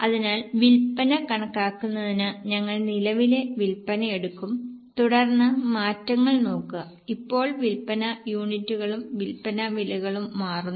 അതിനാൽ വിൽപ്പന കണക്കാക്കുന്നതിന് ഞങ്ങൾ നിലവിലെ വിൽപ്പന എടുക്കും തുടർന്ന് മാറ്റങ്ങൾ നോക്കുക ഇപ്പോൾ വിൽപ്പന യൂണിറ്റുകളും വിൽപ്പന വിലകളും മാറുന്നു